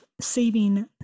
saving